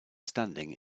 standing